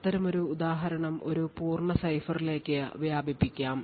അത്തരമൊരു ഉദാഹരണം ഒരു പൂർണ്ണ സൈഫറിലേക്ക് വ്യാപിപ്പിക്കാം